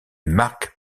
marc